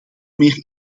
meer